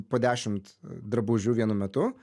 po dešimt drabužių vienu metu